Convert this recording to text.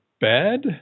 Bad